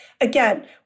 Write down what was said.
again